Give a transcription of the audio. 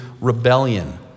rebellion